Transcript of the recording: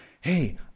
hey